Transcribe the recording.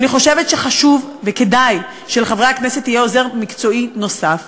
אני חושבת שחשוב וכדאי שלחברי הכנסת יהיה עוזר מקצועי נוסף,